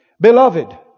Beloved